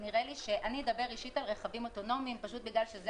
אני אדבר ראשית על רכבים אוטונומיים בגלל שזה